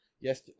yes